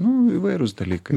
nu įvairūs dalykai